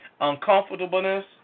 uncomfortableness